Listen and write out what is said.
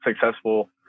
successful